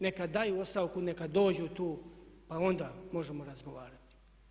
Neka daju ostavku, neka dođu tu pa onda možemo razgovarati.